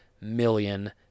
million